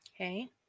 Okay